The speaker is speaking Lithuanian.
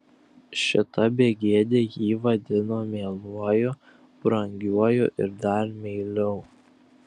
šita begėdė jį vadino mieluoju brangiuoju ir dar meiliau